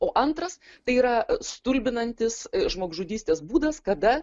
o antras tai yra stulbinantis žmogžudystės būdas kada